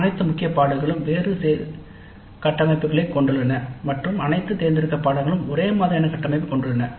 அனைத்து முக்கிய பாடநெறிகளும் வேறு வேறு கட்டமைப்புகளைக் கொண்டுள்ளன மற்றும் அனைத்து தேர்ந்தெடுக்கப்பட்ட பாடநெறிகளும் ஒரே மாதிரியான கட்டமைப்பைக் கொண்டுள்ளன